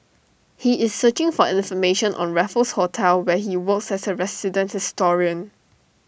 he is searching for information on Raffles hotel where he works as A resident historian